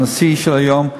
הנשיא של היום,